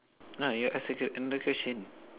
no you ask another question